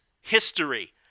history